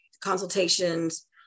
consultations